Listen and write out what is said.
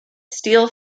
steel